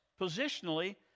positionally